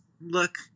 look